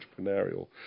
entrepreneurial